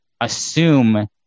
assume